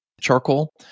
charcoal